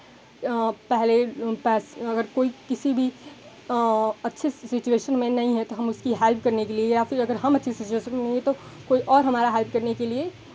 पहले अगर कोई किसी भी अच्छे से सिचुएशन में नहीं है तो हम उसकी हेल्प करने के लिए या फिर अगर हम अच्छी सिचुएशन में नहीं हैं तो कोई और हमारा हेल्प करने के लिए